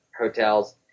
hotels